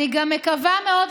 אני גם מקווה מאוד,